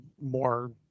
more